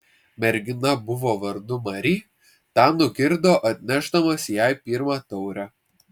mergina buvo vardu mari tą nugirdo atnešdamas jai pirmą taurę